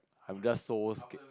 I'm just so scared